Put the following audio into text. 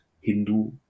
Hindu